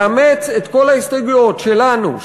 לאמץ את כל ההסתייגויות שלנו,